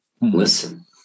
Listen